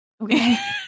Okay